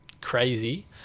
crazy